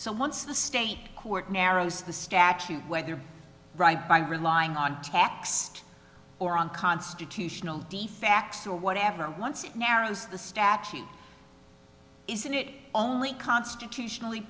so once the state court narrows the statute whether right by relying on tax or unconstitutional d fax or whatever and once it narrows the statute isn't it only constitutionally